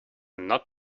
not